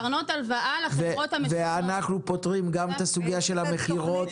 כך אנחנו פותרים גם את הסוגיה של המכירות.